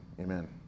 amen